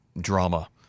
drama